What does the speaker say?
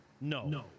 No